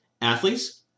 athletes